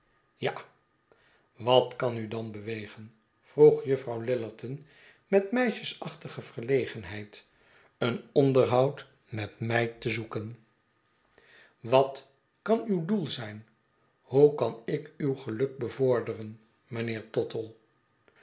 ja wat kan u dan bewegen vroeg juffrouw lillerton met meisjesachtige verlegenheid een onderhoud met mij te zoeken wat kan uw doel zijn hoe kan ik uw geluk bevorderen mijnheer tottle